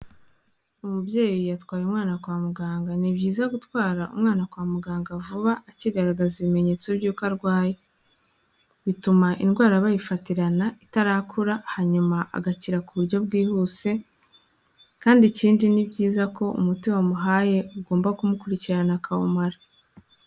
Umubyeyi yatwaye umwana kwa muganga ni byiza gutwara umwana kwa muganga vuba akigaragaza ibimenyetso by'uko arwaye bituma indwara bayifatirana itarakura hanyuma agakira ku buryo bwihuse kandi ikindi ni byiza ko umuti wamuhaye ugomba kumukurikirana akawumara.